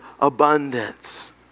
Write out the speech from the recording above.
abundance